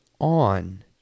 on